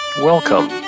Welcome